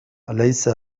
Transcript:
أليس